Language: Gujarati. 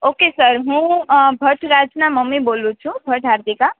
ઓકે સર હું ભટ્ટ રાજના મમ્મી બોલું છુ ભટ્ટ હાર્દિકા